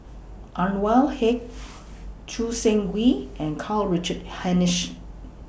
Anwarul Haque Choo Seng Quee and Karl Richard Hanitsch